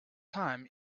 time